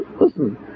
listen